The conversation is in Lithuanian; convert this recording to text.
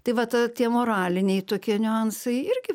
tai vat ta tie moraliniai tokie niuansai irgi